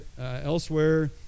elsewhere